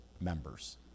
members